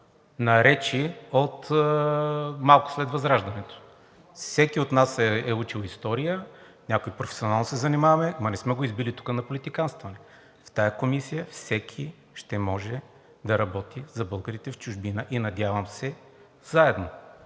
на речи от малко след Възраждането. Всеки от нас е учил история, някои професионално се занимаваме, ама не сме го избили тук на политиканстване. В тази комисия всеки ще може да работи за българите в чужбина и надявам се заедно.